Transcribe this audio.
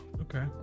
okay